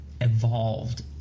evolved